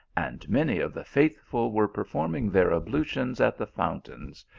and many of the faithful were performing their ablutions at the fountains,